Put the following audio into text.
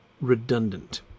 redundant